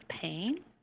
pain